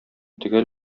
төгәл